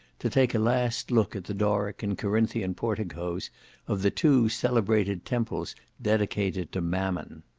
to take a last look at the doric and corinthian porticos of the two celebrated temples dedicated to mammon.